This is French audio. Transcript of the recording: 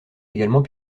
également